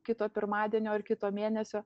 kito pirmadienio ar kito mėnesio